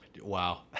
Wow